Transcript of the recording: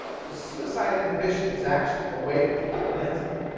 so suicide inhibition is actually a way to kill an enzyme.